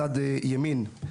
מצד ימין,